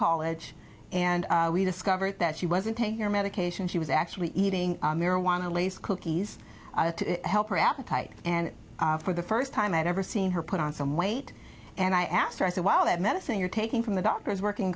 college and we discovered that she wasn't taking your medication she was actually eating marijuana least cookies to help her appetite and for the first time i'd ever seen her put on some weight and i asked her i said well that medicine you're taking from the doctor is working